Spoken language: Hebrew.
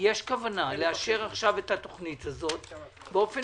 יש כוונה לאשר עכשיו את התוכנית הזאת באופן